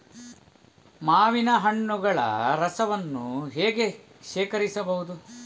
ಮಾವಿನ ಹಣ್ಣುಗಳ ರಸವನ್ನು ಹೇಗೆ ಶೇಖರಿಸಬಹುದು?